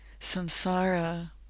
samsara